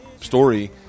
story